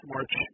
March